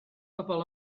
bobl